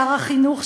שר החינוך,